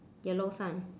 yellow sun